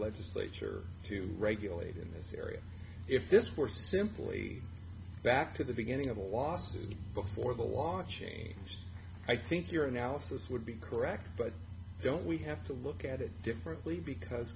legislature to regulate in this area if this were simply back to the beginning of the last before the watching i think your analysis would be correct but don't we have to look at it differently because